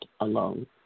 alone